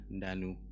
Danu